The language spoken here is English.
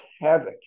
havoc